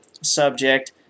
subject